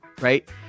Right